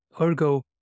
Ergo